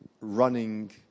running